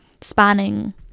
spanning